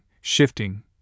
shifting